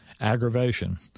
aggravation